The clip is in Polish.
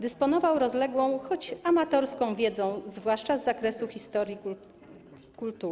Dysponował rozległą, choć amatorską wiedzą, zwłaszcza z zakresu historii kultury.